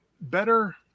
better –